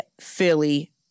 Philly